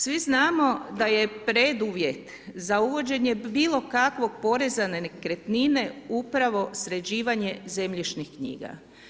Svi znamo da je preduvjet za uvođenje bilo kakvog poreza na nekretnine, upravo sređivanje zemljišnih knjiga.